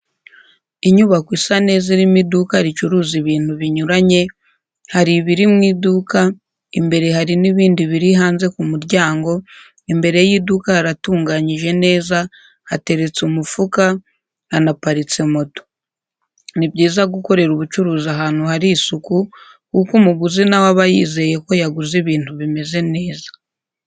Inyubako isa neza irimo iduka ricuruza ibintu binyuranye, hari ibiri mu iduka, imbere hari n'ibindi biri hanze ku muryango, imbere y'iduka haratunganyije neza, hateretse umufuka, hanaparitse moto. Ni byiza gukorera ubucuruzi ahantu hari isuku kuko umuguzi nawe aba yizeye ko yaguze ibintu bimeze neza.